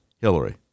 Hillary